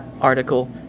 article